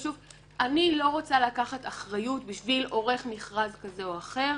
אני לא רוצה לקחת אחריות על עורך מכרז כזה או אחר